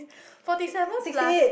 forty seven plus